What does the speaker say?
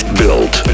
built